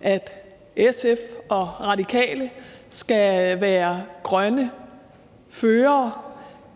at SF og Radikale skal være grønne førere